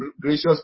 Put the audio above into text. gracious